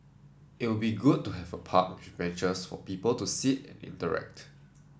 it would be good to have a park with benches for people to sit and interact